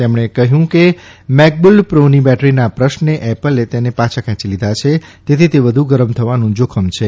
તેમણે કહ્યું કે મેકબુક પ્રોની બેટરીના પ્રશ્ને એપલે તેને પાછાં ખેંચી લીધાં છે તેથી તે વધુ ગરમ થવાનું જાખમ છે